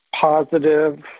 positive